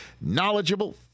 knowledgeable